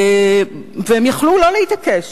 והם יכלו לא להתעקש,